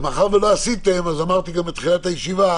ומאחר שלא עשיתם אז אמרתי גם בתחילת הישיבה